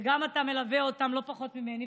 ואתה מלווה אותם לא פחות ממני,